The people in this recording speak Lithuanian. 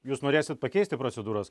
jūs norėsit pakeisti procedūras